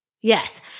Yes